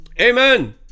amen